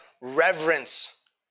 reverence